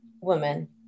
woman